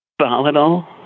volatile